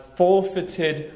forfeited